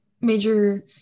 major